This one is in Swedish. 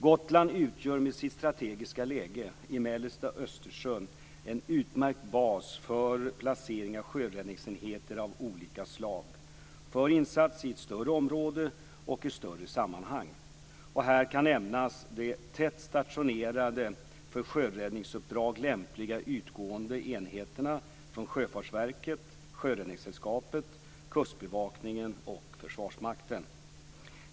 Gotland utgör med sitt strategiska läge i mellersta Östersjön en utmärkt bas för placering av sjöräddningsenheter av olika slag, för insats i ett större område och i större sammanhang. Här kan nämnas de tätt stationerade och för sjöräddningsuppdrag lämpliga ytgående enheterna från Sjöfartsverket, Sjöräddningssällskapet, Kustbevakningen och Försvarsmakten.